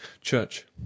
Church